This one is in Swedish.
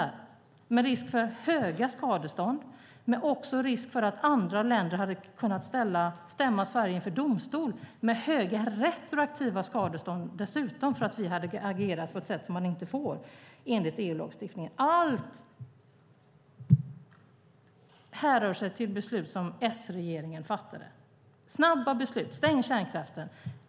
Det fanns risk för höga skadestånd men också risk för att andra länder hade kunnat stämma Sverige inför domstol, med höga retroaktiva skadestånd dessutom för att vi hade agerat på ett sätt som man inte får enligt EU-lagstiftningen. Allt härrör sig från beslut som S-regeringen fattade, snabba beslut: Stäng kärnkraften!